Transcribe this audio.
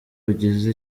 ugize